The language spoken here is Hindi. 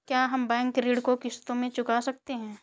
क्या हम बैंक ऋण को किश्तों में चुका सकते हैं?